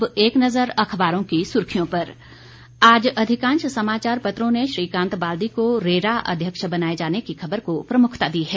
अब एक नजर अखबारों की सुर्खियों पर आज अधिकांश समाचार पत्रों ने श्रीकांत बाल्दी को रेरा अध्यक्ष बनाए जाने की खबर को प्रमुखता दी है